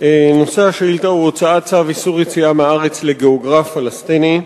נושא השאילתא הוא הוצאת צו איסור יציאה מהארץ לגיאוגרף פלסטיני.